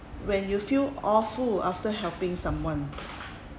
when you feel awful after helping someone